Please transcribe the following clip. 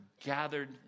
gathered